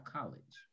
College